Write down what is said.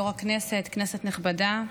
היו"ר, כנסת נכבדה,